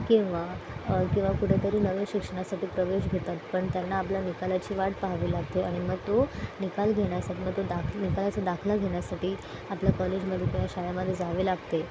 किंवा किंवा कुठं तरी नवीन शिक्षणासाठी प्रवेश घेतात पण त्यांना आपल्या निकालाची वाट पाहावी लागते आणि मग तो निकाल घेण्यासाठी मग तो दा निकालाचा दाखला घेण्यासाठी आपलं कॉलेजमध्ये किंवा शाळेमध्ये जावे लागते